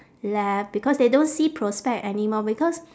left because they don't see prospect anymore because